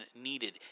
needed